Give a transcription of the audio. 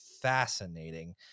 fascinating